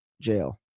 jail